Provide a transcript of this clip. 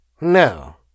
No